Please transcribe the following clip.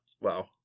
Wow